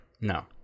No